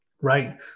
right